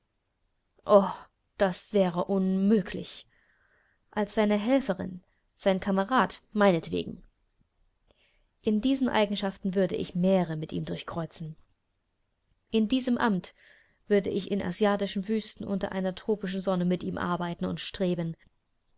das wäre unmöglich als seine helferin sein kamerad meinetwegen in diesen eigenschaften würde ich meere mit ihm durchkreuzen in diesem amt würde ich in asiatischen wüsten unter einer tropischen sonne mit ihm arbeiten und streben